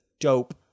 dope